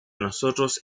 nosotros